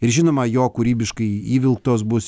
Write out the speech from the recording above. ir žinoma jo kūrybiškai įvilktos bus